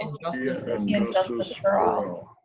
um justice yeah justice for all.